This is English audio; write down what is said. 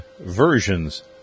versions